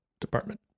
department